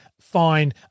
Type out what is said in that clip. fine